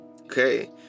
okay